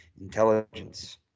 intelligence